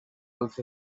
dels